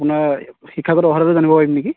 আপোনাৰ শিক্ষাগত অৰ্হতাটো জানিব পাৰিম নেকি